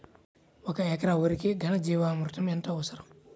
ఒక ఎకరా వరికి ఘన జీవామృతం ఎంత అవసరం?